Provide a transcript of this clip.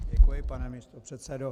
Děkuji, pane místopředsedo.